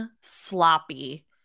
sloppy